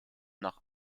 nach